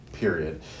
period